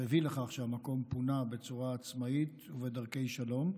הביא לכך שהמקום פונה בצורה עצמאית ובדרכי שלום,